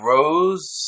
Rose